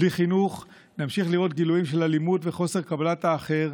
בלי חינוך נמשיך לראות גילויים של אלימות וחוסר קבלת האחר,